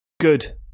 Good